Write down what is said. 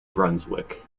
brunswick